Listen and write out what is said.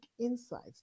insights